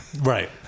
Right